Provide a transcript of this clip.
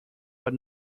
but